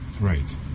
Right